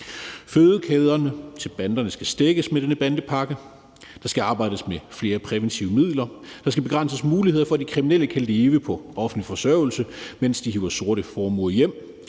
Fødekæderne til banderne skal stækkes med denne bandepakke. Der skal arbejdes med flere præventive midler. Der skal begrænses muligheder for, at de kriminelle kan leve på offentlig forsørgelse, mens de hiver sorte formuer hjem.